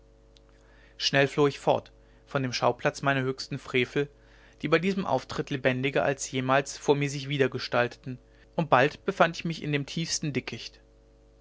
schnell floh ich fort von dem schauplatz meiner höchsten frevel die bei diesem auftritt lebendiger als jemals vor mir sich wiedergestalteten und bald befand ich mich in dem tiefsten dickicht